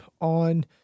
on